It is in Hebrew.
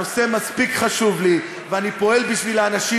הנושא מספיק חשוב לי ואני פועל בשביל האנשים